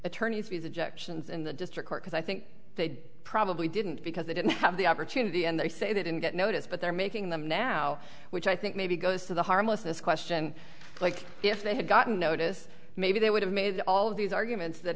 objections in the district court because i think they probably didn't because they didn't have the opportunity and they say that in that notice but they're making them now which i think maybe goes to the harmlessness question like if they had gotten notice maybe they would have made all of these arguments that